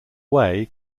whey